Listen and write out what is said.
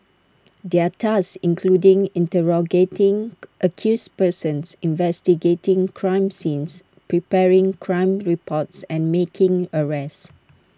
their tasks including interrogating accused persons investigating crime scenes preparing crime reports and making arrests